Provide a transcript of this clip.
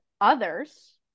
others